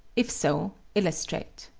if so, illustrate.